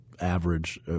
average